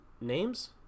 names